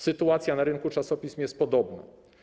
Sytuacja na rynku czasopism jest podobna.